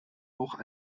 auch